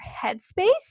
headspace